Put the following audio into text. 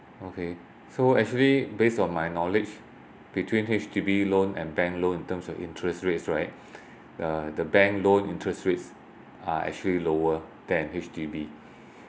okay so actually based on my knowledge between H_D_B loan and bank loan in terms of interest rates right the the bank loan interest rates are actually lower than H_D_B